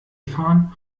fahren